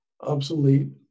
obsolete